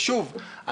ושוב,